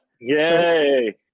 Yay